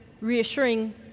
reassuring